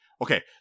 Okay